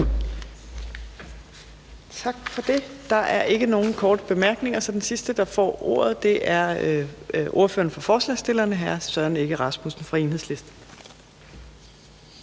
Tak for det. Der er ikke nogen korte bemærkninger, så den sidste, der får ordet, er ordføreren for forslagsstillerne, hr. Søren Egge Rasmussen fra Enhedslisten.